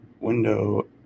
window